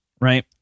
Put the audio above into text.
right